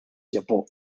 japó